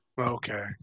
Okay